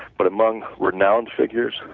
but among renowned figures,